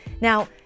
Now